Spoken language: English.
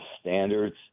standards